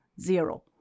zero